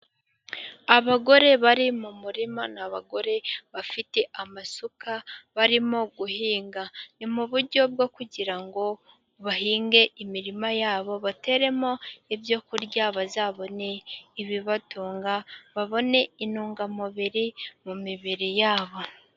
Abagore bari mu murima . Ni abagore bafite amasuka barimo guhinga . Ni mu buryo bwo kugira ngo bahinge imirima yabo ,bateremo ibyokurya bazabone ibibatunga babone intungamubiri mu mibiri yabo.